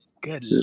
Good